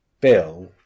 Bill